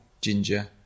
ginger